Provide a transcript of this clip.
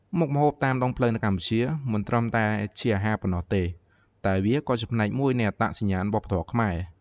មុខម្ហូបតាមដងផ្លូវនៅកម្ពុជា មិនត្រឹមតែជាអាហារប៉ុណ្ណោះទេ តែវាក៏ជាផ្នែកមួយនៃអត្តសញ្ញាណវប្បធម៌ខ្មែរ។